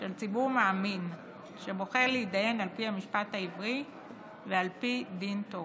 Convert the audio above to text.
של ציבור מאמין שבוחר להתדיין על פי המשפט העברי ועל פי דין תורה.